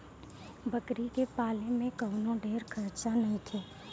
बकरी के पाले में कवनो ढेर खर्चा नईखे